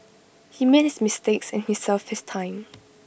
he made his mistakes and he served his time